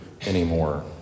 anymore